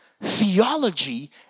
theology